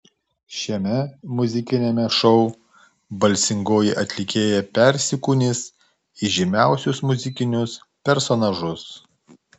šiame muzikiniame šou balsingoji atlikėja persikūnys į žymiausius muzikinius personažus